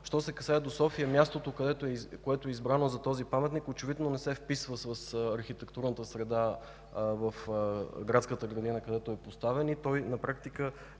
Що се касае до София, мястото, което е избрано за този паметник, очевидно не се вписва с архитектурната среда в Градската градина, където е поставен, и той на практика